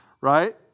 right